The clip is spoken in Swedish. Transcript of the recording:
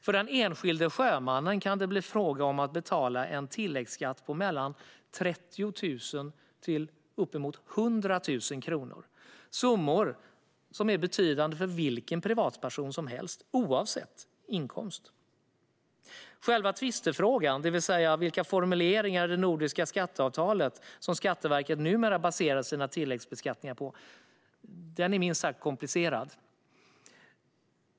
För den enskilde sjömannen kan det bli fråga om att betala en tilläggsskatt på mellan 30 000 och 100 000 kronor - summor som är betydande för vilken privatperson som helst, oavsett inkomst. Själva tvistefrågan, det vill säga vilka formuleringar i det nordiska skatteavtalet som Skatteverket numera baserar sina tilläggsbeskattningar på, är minst sagt komplicerad.